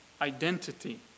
Identity